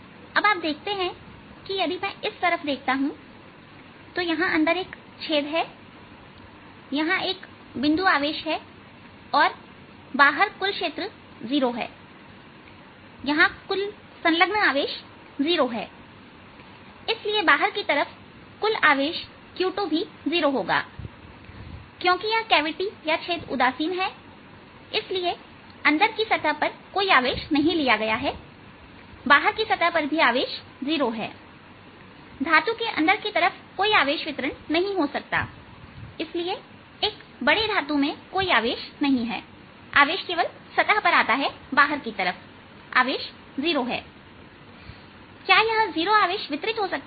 अब आप देखते हैं कि यदि मैं इस तरफ देखता हूं तो यहां अंदर एक छेद है यहां एक बिंदु आवेश है और बाहर क्षेत्र 0 है कुल संलग्न आवेश यहां 0 है इसलिए बाहर की तरफ कुल आवेश Q2 भी 0 होगा क्योंकि छेद उदासीन है इसलिए अंदर की सतह पर कोई आवेश नहीं लिया गया है बाहर की सतह पर भी आवेश 0 है धातु के अंदर की तरफ कोई आवेश वितरण नहीं हो सकता इसलिए एक बड़े धातु में कोई आवेश नहीं है आवेश केवल सतह पर आता है बाहर की तरफ आवेश 0 है क्या यह 0 आवेश वितरित हो सकता है